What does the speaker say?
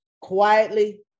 quietly